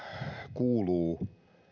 kuuluu